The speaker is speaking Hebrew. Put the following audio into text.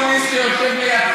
אתה, יואב